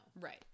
Right